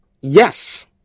Yes